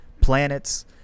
planets